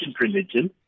religion